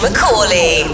McCauley